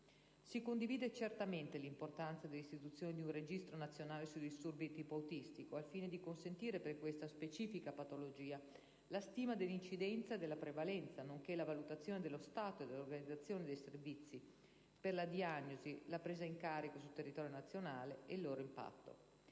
Si condivide certamente l'importanza dell'istituzione di un Registro nazionale sui disturbi di tipo autistico al fine di consentire per questa specifica patologia la stima dell'incidenza e della prevalenza, nonché la valutazione dello stato e dell'organizzazione dei servizi per la diagnosi, la presa in carico sul territorio nazionale e del loro impatto.